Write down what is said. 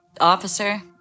officer